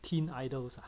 teen idols